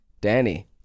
Danny